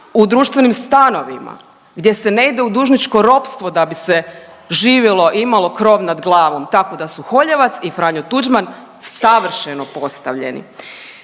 u društvenim stanovima, gdje se ne ide u dužničko ropstvo da bi se živjelo i imalo krov nad glavom. Tako da su Holjevac i Franjo Tuđman, savršeno postavljeni